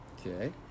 Okay